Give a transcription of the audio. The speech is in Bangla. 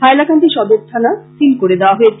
হাইলাকান্দি সদর থানা সীল করে দেওয়া হয়েছে